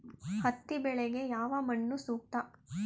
ಹತ್ತಿ ಬೆಳೆಗೆ ಯಾವ ಮಣ್ಣು ಸೂಕ್ತ?